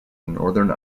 northern